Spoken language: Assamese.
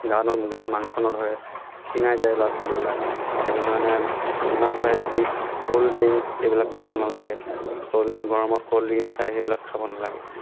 ডাঙৰ হ'লে গাত মাংস নধৰে ক্ষীণাই যায় ল'ৰা ছোৱালীবিলাক সেইটো কাৰণে যিমান পাৰে চিপ্ছ ক'ল্ড ড্ৰিংকছ এইবিলাক খাব নালাগে ক'ল্ড ড্ৰিংকছ গৰমত ক'ল্ড ড্ৰিংকছ খায় সেইবিলাক খাব নালাগে